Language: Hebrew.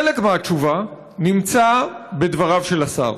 חלק מהתשובה נמצא בדבריו של השר.